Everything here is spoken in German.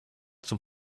zum